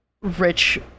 rich